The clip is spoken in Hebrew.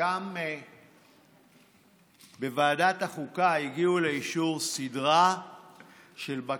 גם לוועדת החוקה הגיעו לאישור סדרת בקשות.